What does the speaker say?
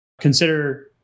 consider